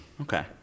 Okay